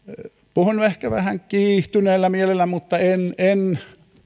puhun ehkä vähän kiihtyneellä mielellä mutta en en